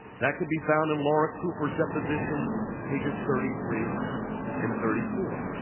that can be found in laura cooper's deposition pages thirty three and thirty four.